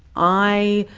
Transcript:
i